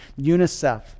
UNICEF